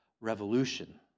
revolution